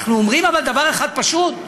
אנחנו אומרים דבר אחד פשוט: